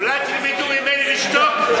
(חבר הכנסת ישראל אייכלר יוצא מאולם המליאה.) אולי תלמדו ממני לשתוק?